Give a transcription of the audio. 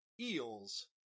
Eels